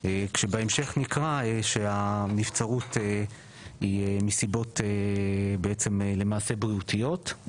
כשבהמשך נקרא שהנבצרות היא מסיבות בעצם למעשה בריאותיות.